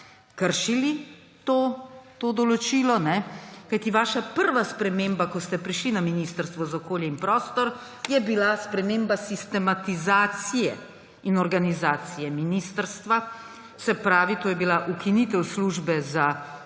kršili to določilo, kajti vaša prva sprememba, ko ste prišli na Ministrstvo za okolje in prostor, je bila sprememba sistematizacije in organizacije ministrstva. Se pravi, to je bila ukinitev Službe za sistem